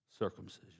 Circumcision